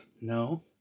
No